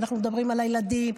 ואנחנו מדברים על הילדים,